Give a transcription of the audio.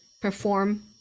perform